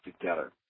together